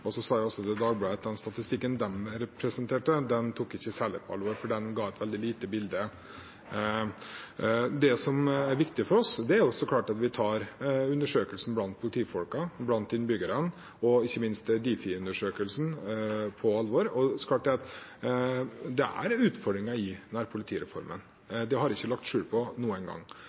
Jeg sa også til Dagbladet at den statistikken de presenterte, tok jeg ikke særlig på alvor, for den ga et veldig lite bilde. Det som er viktig for oss, er så klart at vi tar undersøkelsen blant politifolkene og blant innbyggere og ikke minst Difi-undersøkelsen på alvor. Det er utfordringer i nærpolitireformen. Det har jeg ikke lagt skjul på noen gang.